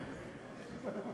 לא.